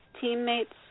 teammates